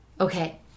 Okay